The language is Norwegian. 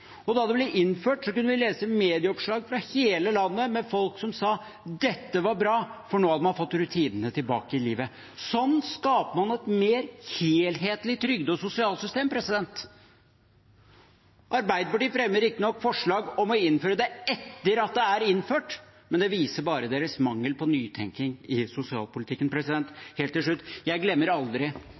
Da det ble innført, kunne vi lese medieoppslag fra hele landet med folk som sa at dette var bra, for nå hadde man fått rutinene tilbake i livet. Sånn skaper man et mer helhetlig trygde- og sosialsystem. Arbeiderpartiet fremmer riktignok forslag om å innføre det etter at det er innført, men det viser bare deres mangel på nytenking i sosialpolitikken. Helt til slutt: Jeg glemmer aldri